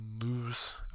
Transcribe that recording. lose